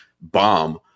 bomb